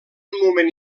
moment